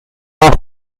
más